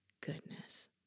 goodness